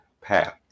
path